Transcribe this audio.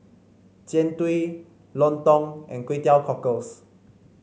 Jian Dui lontong and Kway Teow Cockles